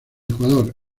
ecuador